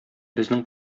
безнең